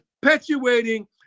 perpetuating